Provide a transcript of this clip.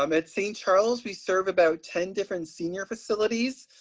um at st. charles we serve about ten different senior facilities.